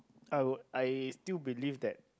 I would I still believe that